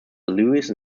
lewis